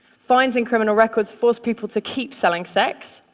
fines and criminal records force people to keep selling sex,